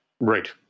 Right